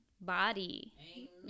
body